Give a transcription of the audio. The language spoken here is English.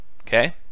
Okay